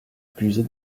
puiser